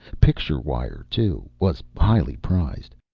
picture-wire, too, was highly prized.